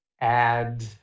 add